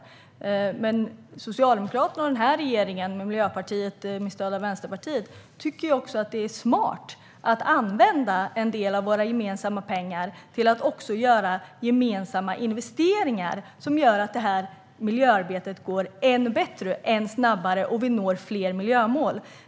Regeringen - Socialdemokraterna och Miljöpartiet med stöd av Vänsterpartiet - tycker dock att det är smart att använda en del av våra gemensamma pengar till att göra gemensamma investeringar som gör att miljöarbetet går ännu bättre snabbare, så att vi når fler miljömål.